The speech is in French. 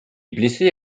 blessé